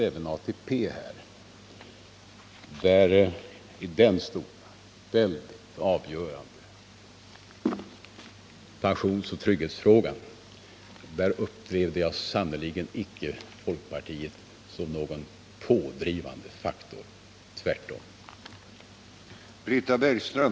I denna stora och mycket avgörande trygghetsfråga uppträdde sannerligen inte folkpartiet som någon pådrivande faktor, tvärtom.